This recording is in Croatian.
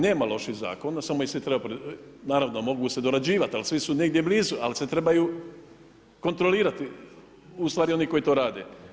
Nema loših zakona, samo ih se treba, naravno, mogu se dorađivati, ali svi su negdje blizu, ali se trebaju kontrolirati u stvari oni koji to rade.